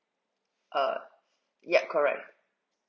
err yup correct